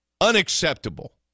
unacceptable